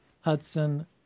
Hudson